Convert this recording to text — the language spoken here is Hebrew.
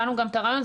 הבנו גם את הרעיון,